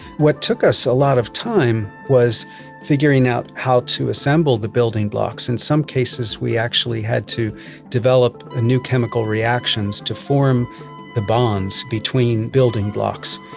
what took us a lot of time was figuring out how to assemble the building blocks. in some cases we actually had to develop new chemical reactions to form the bonds between building blocks.